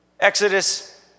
Exodus